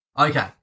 Okay